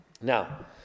Now